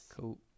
Cool